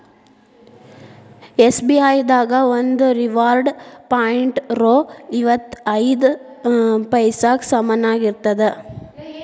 SBI ದಾಗ ಒಂದು reward point ರೊ ಇಪ್ಪತ್ ಐದ ಪೈಸಾಕ್ಕ ಸಮನಾಗಿರ್ತದ